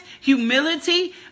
humility